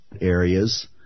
areas